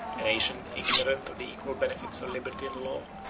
a nation ignorant of the equal benefits of liberty and law,